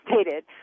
stated